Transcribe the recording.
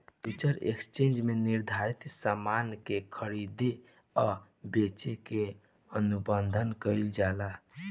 future exchange में निर्धारित सामान के खरीदे आ बेचे के अनुबंध कईल जाला